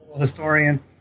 historian